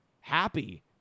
happy